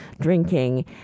drinking